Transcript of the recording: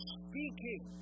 speaking